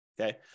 Okay